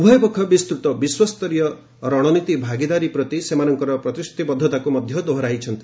ଉଭୟ ପକ୍ଷ ବିସ୍ଚୃତ ବିଶ୍ୱସ୍ତରୀୟ ରଣନୀତି ଭାଗିଦାରୀ ପ୍ରତି ସେମାନଙ୍କର ପ୍ରତିଶୃତିବଦ୍ଧତା ଦୋହରାଇଛନ୍ତି